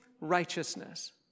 righteousness